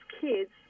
kids